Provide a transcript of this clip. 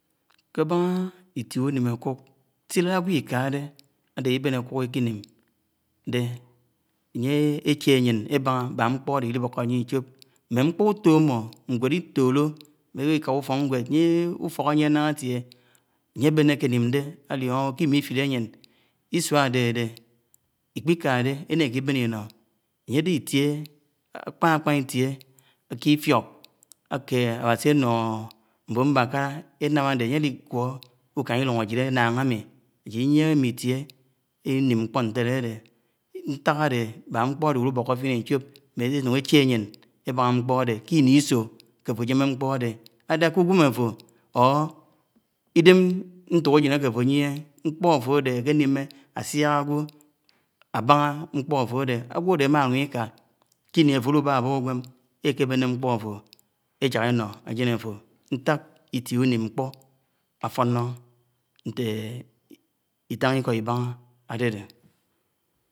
. kébahá iṫie uñim ákuḱ, Śi ĺad aǵwǫ iḱa dé adé ubén ákuḱ ikeniḿ dé ányé éché ányé ebáná bák nḱpo áde llióké anyé lchop. Mmeḱpo uto ammo nwed ltolo anȳe áke katiá ufoknẃed ḿme ūfok áyie lák atie ánye ábené akénim ḋe áliono ke imifilé anyé Iśua ádedé ikṕikáde, enakiben inó, ányé áde itié ákpan ákpan itié ifiok aké Aẃási anoho ḿbon mbakala énam adé ánye áligwo úkan llúng ájid ánnáng ami, ajid iyiehe mmi itie lliniḿ nkpé ñtele adede, ntak ade mbak nkpo ade llúboke fien I chop elanun iche ayen ébahà nkpo ade, ke iniso ke afo ajem nkpo áde ádehé ké úgwém áfo ōr ugwen ntok-ajen áke áfó ayieh nkpo áfe ede, akanime asiak agwo abaha nkpo afe ede, agwo ade amalung ika, ḱini afe ālubába kē uģweḿ eḱebéne nḱpo afō yak eñe aj́én āfo. ñtat itie unim nkpo afọnọ ádedé.